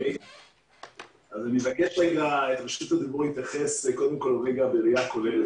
מבקש להתייחס ראשית בראייה כוללת.